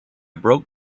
broke